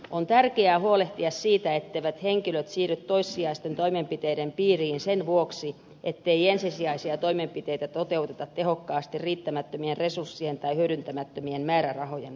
on tärkeää huolehtia siitä etteivät henkilöt siirry toissijaisten toimenpiteiden piiriin sen vuoksi ettei ensisijaisia toimenpiteitä toteuteta tehokkaasti riittämättömien resurssien tai hyödyntämättömien määrärahojen vuoksi